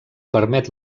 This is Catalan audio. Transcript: permet